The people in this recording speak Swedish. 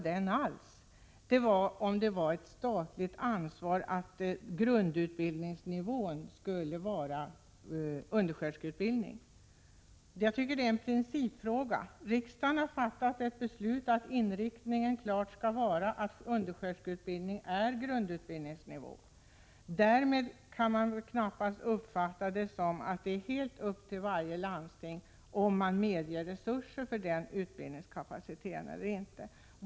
Den gällde om det är ett statligt ansvar att grundutbildningsnivån skall vara undersköterskeutbildning. Jag tycker att det är en principfråga. Riksdagen har fattat ett beslut att inriktningen klart skall vara att undersköterskeutbildning är grundutbildningsnivån. Detta kan man knappast uppfatta så, att det är helt upp till varje landsting att medge resurser för den utbildningskapaciteten eller inte.